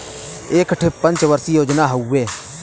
एक ठे पंच वर्षीय योजना हउवे